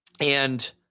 and-